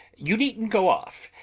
you needn't go off.